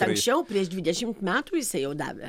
anksčiau prieš dvidešimt metų jisai jau davė